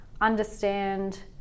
understand